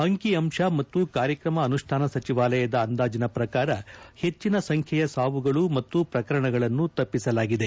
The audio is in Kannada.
ಅಂಕಿ ಅಂಶ ಮತ್ತು ಕಾರ್ಯಕ್ತಮ ಅನುಷ್ಠಾನ ಸಚಿವಾಲಯದ ಅಂದಾಜಿನ ಪ್ರಕಾರ ಹೆಚ್ಚಿನ ಸಂಬ್ನೆಯ ಸಾವುಗಳು ಮತ್ತು ಪ್ರಕರಣಗಳನ್ನು ತಪ್ಪಿಸಲಾಗಿದೆ